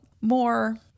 more